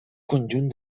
conjunt